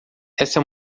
esta